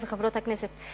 וחברות הכנסת,